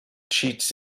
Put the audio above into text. cheats